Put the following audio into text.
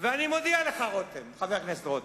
ואני מודיע לך, חבר הכנסת רותם,